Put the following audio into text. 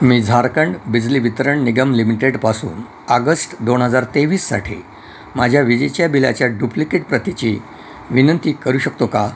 मी झारखंड बिजली वितरण निगम लिमिटेडपासून आगस्ट दोन हजार तेवीससाठी माझ्या विजेच्या बिलाच्या डुप्लिकेट प्रतीची विनंती करू शकतो का